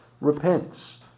repents